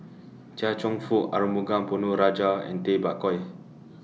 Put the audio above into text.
Chia Cheong Fook Arumugam Ponnu Rajah and Tay Bak Koi